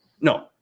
No